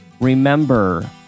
Remember